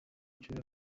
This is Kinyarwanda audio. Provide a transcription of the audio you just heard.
nshuro